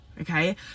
Okay